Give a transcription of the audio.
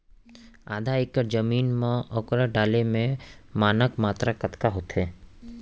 आधा एकड़ जमीन मा उर्वरक डाले के मानक मात्रा कतका होथे?